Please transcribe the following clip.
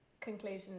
conclusion